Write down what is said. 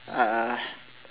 uh